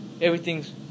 everything's